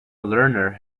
lerner